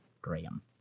Graham